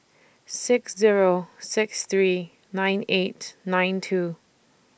six Zero six three nine eight nine two